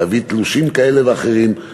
להביא תלושים כאלה ואחרים,